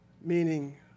meaning